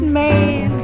man